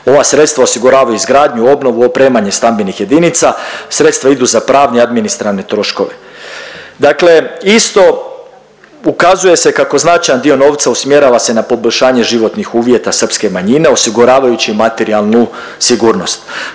Ova sredstva osiguravaju izgradnju, obnovu, opremanje stambenih jedinica, sredstva idu za pravne i administrane troškove. Dakle isto ukazuje se kako značajan dio novca usmjerava se na poboljšanje životnih uvjeta srpske manjine, osiguravajući materijalnu sigurnost.